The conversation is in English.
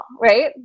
right